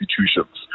institutions